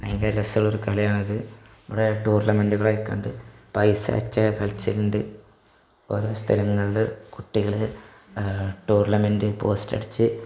ഭയങ്കര രസമുള്ളൊരു കളിയാണിത് നമ്മടെ ടൂർണമെൻറ്റുകളെ കണ്ട് പൈസ വെച്ച് കളിച്ചിട്ടുണ്ട് ഓരോ സ്ഥലങ്ങളില് കുട്ടികള് ടൂർണമെൻറ്റ് പോസ്റ്റടിച്ച്